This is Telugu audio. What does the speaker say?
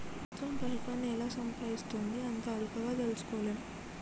ప్రభుత్వం పైకాన్ని ఎలా సంపాయిస్తుందో అంత అల్కగ తెల్సుకోలేం